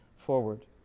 forward